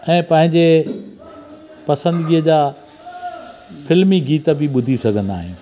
छा आहे पंहिंजे पसंदिगीअ जा फ़िल्मी गीत बि ॿुधी सघंदा आहियूं